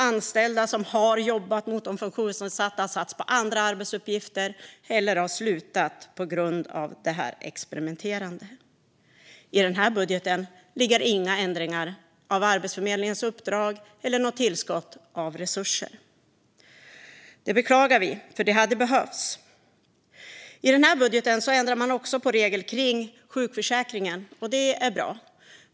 Anställda som har jobbat med funktionsnedsatta har satts på andra arbetsuppgifter eller slutat på grund av det här experimenterandet. I den här budgeten ligger inga ändringar av Arbetsförmedlingens uppdrag eller något tillskott av resurser. Det beklagar vi, för det hade behövts. I den här budgeten ändrar man också på reglerna kring sjukförsäkringen, och det är bra.